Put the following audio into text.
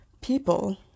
people